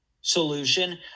solution